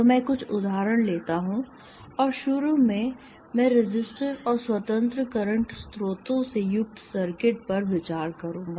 तो मैं कुछ उदाहरण लेता हूं और शुरू में मैं रेसिस्टर और स्वतंत्र करंट स्रोतों से युक्त सर्किट पर विचार करूंगा